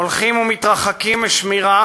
הולכים ומתרחקים משמירה